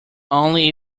only